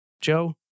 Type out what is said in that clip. Joe